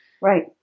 right